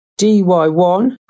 DY1